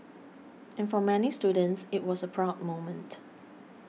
and for many students it was a proud moment